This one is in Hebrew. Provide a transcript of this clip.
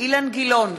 אילן גילאון,